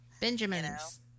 Benjamins